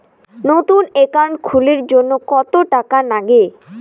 নতুন একাউন্ট খুলির জন্যে কত টাকা নাগে?